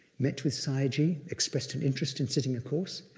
met with sayagyi, expressed an interest in sitting a course.